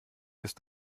ist